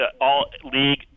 all-league